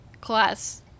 class